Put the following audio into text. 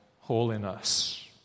holiness